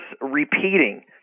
repeating